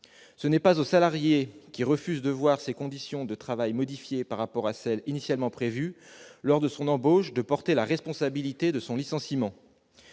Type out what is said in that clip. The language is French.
ce n'est pas au salarié qui refuse de voir ses conditions de travail modifiées par rapport à celles qui sont initialement prévues lors de son embauche de porter la responsabilité de son licenciement.